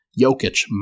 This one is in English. Jokic